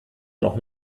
noch